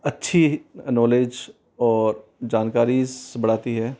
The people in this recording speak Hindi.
अच्छी नौलेज और जानकारी बढ़ाती है